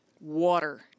water